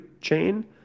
chain